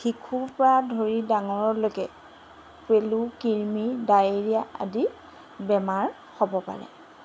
শিশুৰপৰা ধৰি ডাঙৰলৈকে পেলু কৃমি ডায়েৰীয়া আদি বেমাৰ হ'ব পাৰে